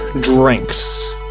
drinks